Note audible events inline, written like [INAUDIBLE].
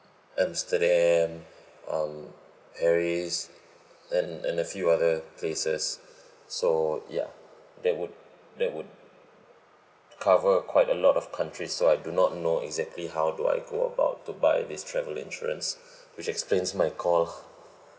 amsterdam [BREATH] um paris and and the few other places [BREATH] so ya that would that would cover quite a lot of countries so I do not know exactly how do I go about to buy this travel insurance [BREATH] which explains my call